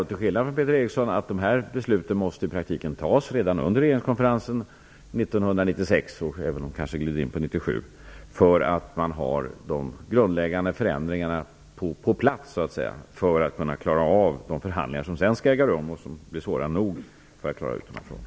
Till skillnad från Peter Eriksson menar jag att de här besluten i praktiken måste tas redan under regeringskonferensen 1996 - kanske glider det in på 1997 - för att ha de grundläggande förändringarna på plats så att säga så att man kan klara av de förhandlingar som sedan skall äga rum och som blir svåra nog när det gäller att klara ut de här frågorna.